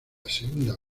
segunda